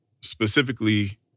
specifically